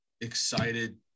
excited